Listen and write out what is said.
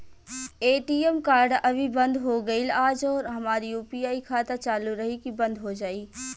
ATM card अभी बंद हो गईल आज और हमार यू.पी.आई खाता चालू रही की बन्द हो जाई?